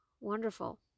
Wonderful